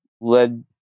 led